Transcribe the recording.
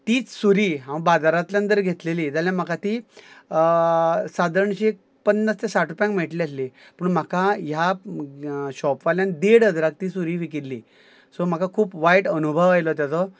तीच सुरी हांवें बाजारांतल्यान जर घेतिल्ली जाल्यार म्हाका ती सादारणशी एक पन्नास ते साठ रुपयांक मेळटली आसली पूण म्हाका ह्या शॉपवाल्यान देड हजाराक ती सुरी विकिल्ली सो म्हाका खूब वायट अणभव आयलो ताचो